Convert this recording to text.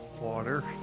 Water